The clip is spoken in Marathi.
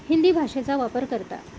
हिंदी भाषेचा वापर करता